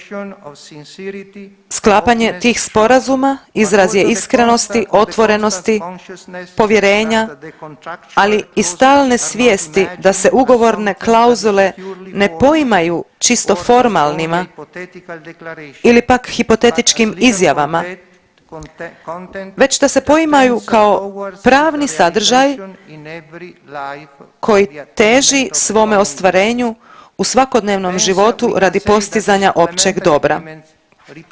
Sklapanje tih sporazuma izraz je iskrenosti, otvorenosti, povjerenja, ali i stalne svijesti da se ugovorne klauzule ne poimaju čisto formalnima ili pak hipotetičkim izjavama već da se poimaju kao pravni sadržaji koji teži svoje ostvarenju u svakodnevnom životu radi postizanja općeg dobra.